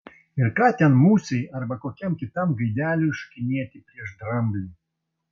ir ką ten musei arba kokiam kitam gaideliui šokinėti prieš dramblį